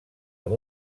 amb